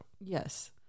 Yes